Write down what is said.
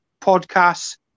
podcasts